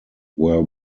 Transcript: were